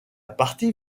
partie